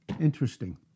Interesting